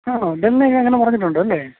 ആണോ ഒക്കെ അങ്ങനെ പറഞ്ഞിട്ടുണ്ട് അല്ലേ